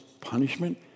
punishment